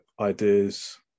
ideas